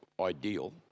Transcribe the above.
ideal